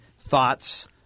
thoughts